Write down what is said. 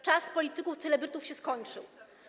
Czas polityków celebrytów się skończył?